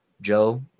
Joe